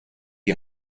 die